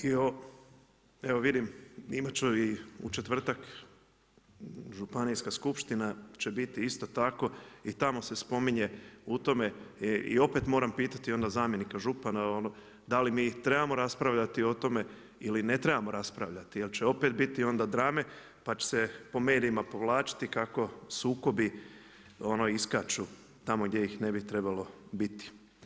I evo vidim evo imati ću u četvrtak, županijska skupština će biti isto tako, i tamo se spominje u tome i opet moram pitati onda zamjenika župana da li mi trebamo raspravljati o tome ili ne trebamo raspravljati jer će opet biti onda drame pa će se po medijima povlačiti kako sukobi iskaču tamo gdje ih ne bi trebalo biti.